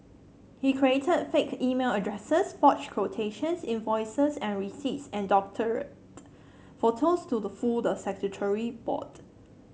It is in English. he created fake email addresses forged quotations invoices and receipts and doctored photographs to fool the statutory board